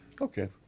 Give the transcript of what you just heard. Okay